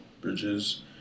Bridges